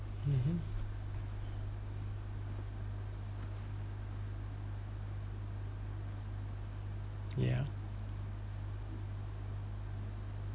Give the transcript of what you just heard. mmhmm yeah